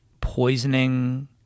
poisoning